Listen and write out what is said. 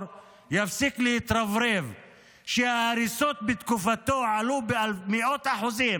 יפסיק להתרברב שההריסות בתקופתו עלו במאות אחוזים.